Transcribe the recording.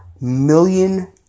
million